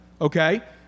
Okay